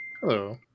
Hello